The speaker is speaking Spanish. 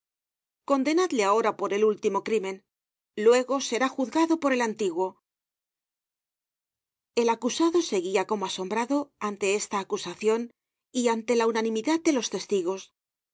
condenadle ahora por el últimq crímen luego será juzgado por el antiguo el acusado seguia como asombrado ante esta acusacion y ante la unanimidad de los testigos